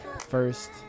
first